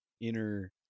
inner